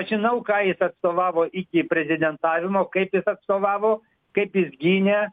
žinau ką jis atstovavo iki prezidentavimo kaip jis atstovavo kaip jis gynė